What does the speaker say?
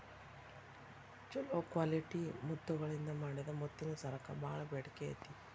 ಚೊಲೋ ಕ್ವಾಲಿಟಿ ಮುತ್ತಗಳಿಂದ ಮಾಡಿದ ಮುತ್ತಿನ ಸರಕ್ಕ ಬಾಳ ಬೇಡಿಕೆ ಐತಿ